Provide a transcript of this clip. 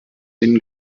den